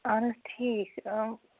اَہَن حظ ٹھیٖک آ